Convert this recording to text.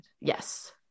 yes